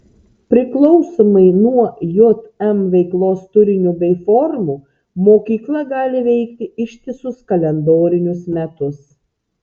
priklausomai nuo jm veiklos turinio bei formų mokykla gali veikti ištisus kalendorinius metus